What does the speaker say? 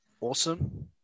awesome